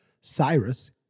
Cyrus